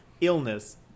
illness